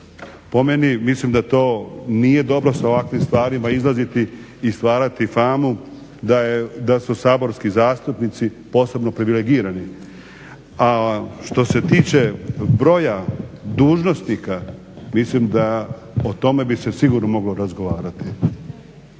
Po meni mislim da nije dobro sa ovakvim stvarima izlaziti i stvarati famu da su saborski zastupnici posebno privilegirani. A što se tiče broja dužnosnika mislim da bi se o tome moglo sigurno razgovarati.